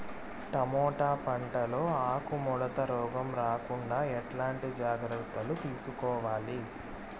Tomato పంట లో ఆకు ముడత రోగం రాకుండా ఎట్లాంటి జాగ్రత్తలు తీసుకోవాలి?